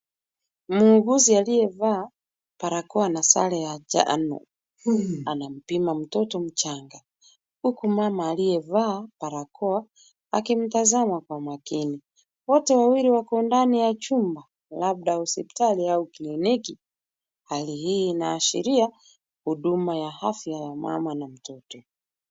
Muuguzi aliyevaa barakoa na sare ya njano anampima mtoto mchanga huku mama aliyevaa barakoa akimtazama kwa makini. Wote wawili wako ndani ya chumba labda hospitali au kliniki. Hali hii inaashiria huduma ya afya ya mama na mtoto.